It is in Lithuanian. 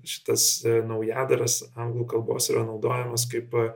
šitas naujadaras anglų kalbos yra naudojamas kaip